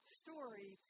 story